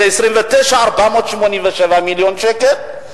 זה 29.487 מיליון שקל,